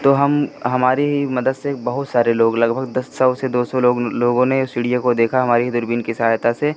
तो हम हमारे ही मदद से बहुत सारे लोग लगभग दस सौ से दो सौ लोग लोगों ने उस चिड़िया को देखा हमारे ही दूरबीन की सहायता से